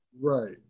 Right